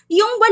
yung